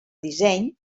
disseny